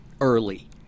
early